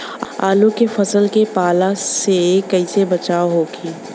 आलू के फसल के पाला से कइसे बचाव होखि?